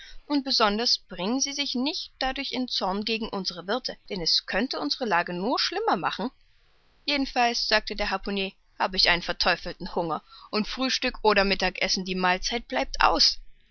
und besonders bringen sie sich nicht dadurch in zorn gegen unsere wirthe denn es könnte unsere lage nur schlimmer machen jedenfalls sagte der harpunier hab ich einen verteufelten hunger und frühstück oder mittagessen die mahlzeit bleibt aus